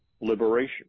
liberation